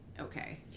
okay